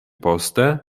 poste